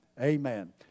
Amen